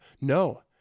no